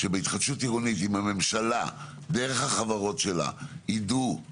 אם בהתחדשות עירונית עם הממשלה דרך החברות שלה יידעו